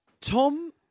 Tom